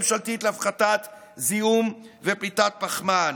ממשלתית להפחתת זיהום ופליטת פחמן.